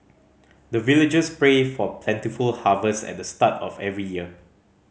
the villagers pray for plentiful harvest at the start of every year